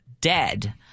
dead